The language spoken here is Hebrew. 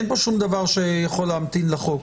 אין פה שום דבר שיכול להמתין לחוק.